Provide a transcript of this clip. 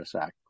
Act